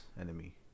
enemy